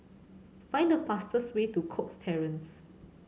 find the fastest way to Cox Terrace